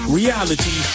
reality